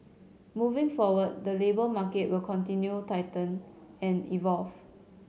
moving forward the labour market will continue tighten and evolve